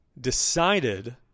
decided